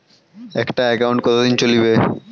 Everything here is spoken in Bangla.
একটা একাউন্ট কতদিন চলিবে?